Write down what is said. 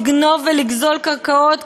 לגנוב ולגזול קרקעות,